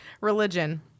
Religion